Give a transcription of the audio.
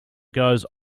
goes